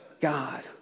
God